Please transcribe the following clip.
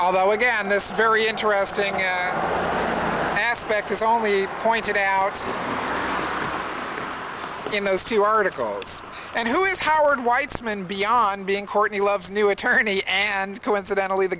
although again this very interesting aspect is only pointed out in those two articles and who is howard weitzman beyond being courtney love's new attorney and coincidentally the